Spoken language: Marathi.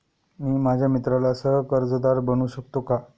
मी माझ्या मित्राला सह कर्जदार बनवू शकतो का?